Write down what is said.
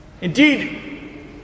Indeed